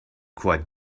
quite